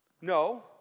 No